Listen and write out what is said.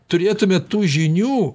turėtume tų žinių